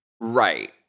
Right